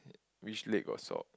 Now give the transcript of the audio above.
which leg got saw